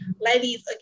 ladies